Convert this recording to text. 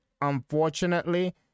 unfortunately